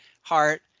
heart